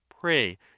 pray